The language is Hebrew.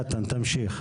נתן, תמשיך.